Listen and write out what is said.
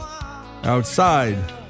outside